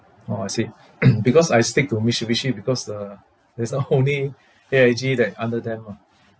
orh I see because I stick to Mitsubishi because uh that's the only A_I_G that under them ah